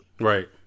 Right